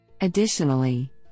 Additionally